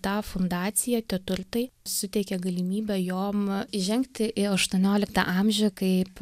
tą fundaciją tie turtai suteikė galimybę jom įžengti į aštuonioliktą amžių kaip